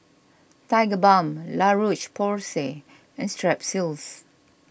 Tigerbalm La Roche Porsay and Strepsils